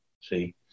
See